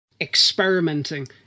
experimenting